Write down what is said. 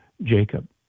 Jacob